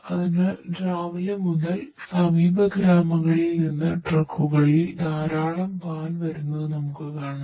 അതിനാൽ രാവിലെ മുതൽ സമീപ ഗ്രാമങ്ങളിൽ നിന്ന് ട്രക്കുകളിൽ പാത്രങ്ങളിലാക്കി ധാരാളം പാൽ വരുന്നത് നമുക്ക് കാണാം